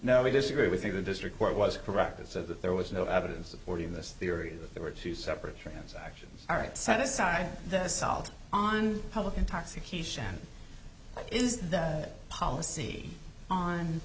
now we disagree with you the district court was correct as of that there was no evidence supporting this theory that there were two separate transactions all right set aside the assault on public intoxication is the policy on